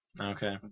Okay